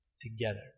together